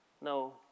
no